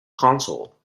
console